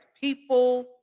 people